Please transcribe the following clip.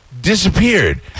disappeared